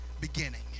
beginning